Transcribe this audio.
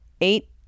eight